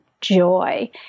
joy